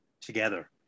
together